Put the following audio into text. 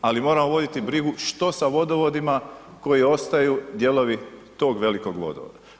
Ali moramo voditi brigu što sa vodovodima koji ostaju dijelovi tog velikog vodovoda.